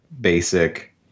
basic